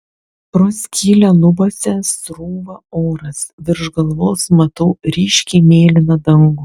pro skylę lubose srūva oras virš galvos matau ryškiai mėlyną dangų